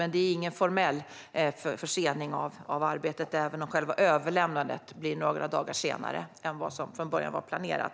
Det är dock ingen formell försening av arbetet, även om själva överlämnandet blir några dagar senare än vad som från början var planerat.